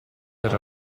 era